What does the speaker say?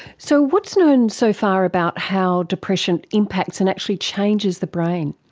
so what is known so far about how depression impacts and actually changes the brain?